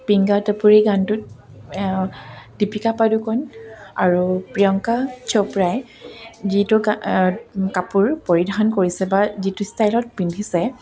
পিংগা টপ'ৰি গানটোত দীপিকা পাদুকণ আৰু প্ৰিয়ংকা চৌপ্ৰাই যিটো কাপোৰ পৰিধান কৰিছে বা যিটো ষ্টাইলত পিন্ধিছে